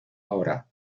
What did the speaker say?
hora